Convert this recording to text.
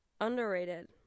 underrated